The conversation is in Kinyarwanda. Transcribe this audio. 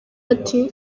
ati